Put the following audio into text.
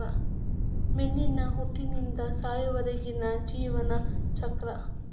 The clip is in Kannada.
ಮೇನಿನ ಹುಟ್ಟಿನಿಂದ ಸಾಯುವರೆಗಿನ ಜೇವನ ಚಕ್ರ